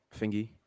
thingy